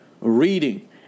reading